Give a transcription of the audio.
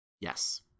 Yes